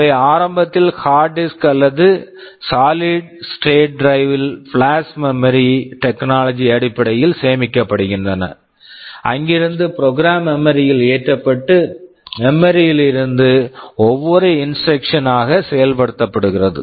அவை ஆரம்பத்தில் hard disk hard disk அல்லது solid state drive solid state drive ல் flash memory flash memory technology technology அடிப்படையில் சேமிக்கப்படுகின்றன அங்கிருந்து ப்ரோக்ராம் program மெமரி memory ல் ஏற்றப்பட்டு மெமரி memory ல் இருந்து ஒவ்வொரு இன்ஸ்ட்ருக்ஷன் instruction ஆக செயல்படுத்தப்படுகிறது